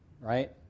right